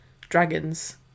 dragons